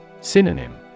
Synonym